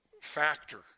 factor